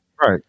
Right